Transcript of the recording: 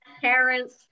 parents